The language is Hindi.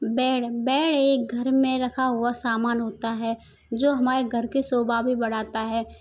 बैड़ बैड़ एक घर में रखा हुआ सामान होता है जो हमारे घर की शोभा भी बढ़ाता है